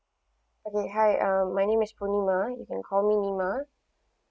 okay hi uh my name is buneema you can call me neema